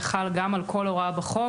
וחל גם על כל הוראה בחוק,